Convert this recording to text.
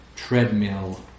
treadmill